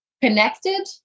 connected